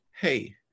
hey